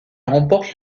remporte